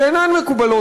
שאינן מקובלות,